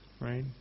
right